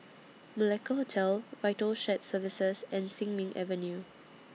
Malacca Hotel Vital Shared Services and Sin Ming Avenue